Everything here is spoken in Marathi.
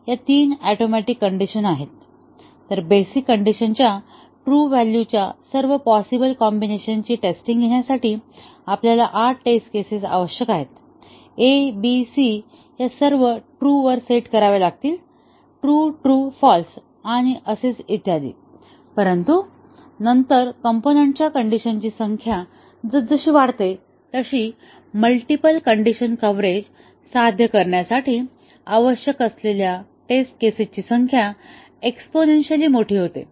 या तीन ऍटोमिक कण्डिशन आहेत तर बेसिक कंडिशनच्या ट्रू व्हॅल्यूच्या सर्व पॉसिबल कॉम्बिनेशनची टेस्टिंग घेण्यासाठी आपल्याला 8 टेस्ट केसेस आवश्यक आहेत a b c या सर्व ट्रू वर सेट कराव्या लागतील ट्रू ट्रू फाँल्स आणि असेच इत्यादी परंतु नंतर कॉम्पोनन्टच्या कंडिशनची संख्या जसजशी वाढते तशी मल्टीपल कंडीशन कव्हरेज साध्य करण्यासाठी आवश्यक असलेल्या टेस्ट केसेसची संख्या एक्स्पोनेन्शिअली मोठी होते